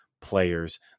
Players